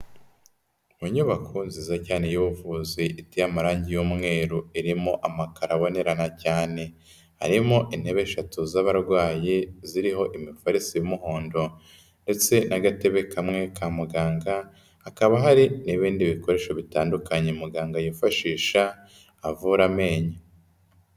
Mu nyubako nziza cyanye y'ubuvuzi, iteye amarangi y'umweru irimo amakaro abonerana cyane. Harimo intebe eshatu z'abarwayi, ziriho imifarisi y'umuhondo. Ndetse n'agatebe kamwe ka muganga, hakaba hari n'ibindi bikoresho bitandukanye muganga yifashisha, avura amenyo.